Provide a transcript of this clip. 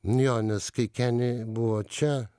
nu jo nes kai kenny buvo čia